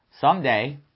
someday